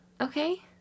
Okay